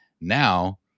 now